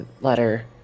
letter